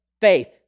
faith